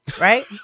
right